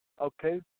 Okay